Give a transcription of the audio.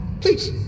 Please